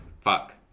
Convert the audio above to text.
Fuck